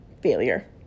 failure